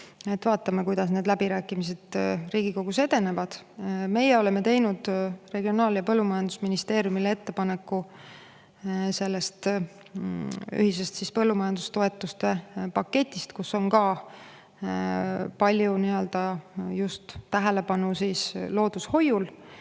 Vaatame, kuidas need läbirääkimised Riigikogus edenevad. Meie oleme teinud Regionaal‑ ja Põllumajandusministeeriumile ettepaneku sellest ühisest põllumajandustoetuste paketist, kus on ka palju tähelepanu just loodushoiul,